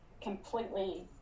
completely